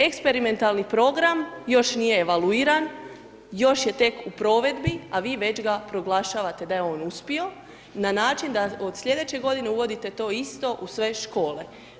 Eksperimentalni program još nije evaluiran, još je tek u provedbi, a vi već ga proglašavate da je on uspio na način da od slijedeće godine uvodite to isto u sve škole.